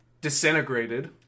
Disintegrated